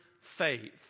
faith